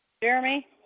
Jeremy